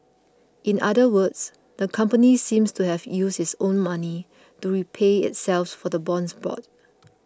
in other words the company seemed to have used its own money to repay itself for the bonds bought